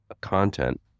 content